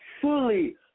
fully